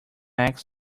eggs